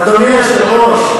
אדוני היושב-ראש,